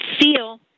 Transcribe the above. feel